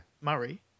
Murray